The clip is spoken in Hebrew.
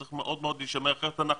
צריך מאוד מאוד להישמר אחרת אנחנו